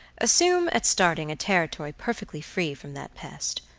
assume, at starting, a territory perfectly free from that pest.